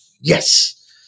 yes